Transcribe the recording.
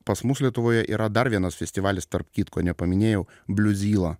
pas mus lietuvoje yra dar vienas festivalis tarp kitko nepaminėjau bliuzyla